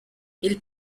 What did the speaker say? ils